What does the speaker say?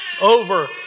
Over